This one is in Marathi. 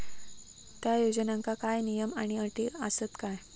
त्या योजनांका काय नियम आणि अटी आसत काय?